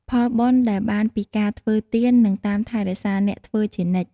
ផលបុណ្យដែលបានពីការធ្វើទាន នឹងតាមថែរក្សាអ្នកធ្វើជានិច្ច។